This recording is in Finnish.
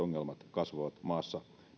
ongelmat kasvavat maassa